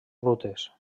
rutes